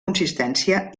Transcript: consistència